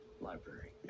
library